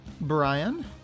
Brian